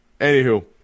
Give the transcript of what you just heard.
Anywho